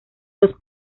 los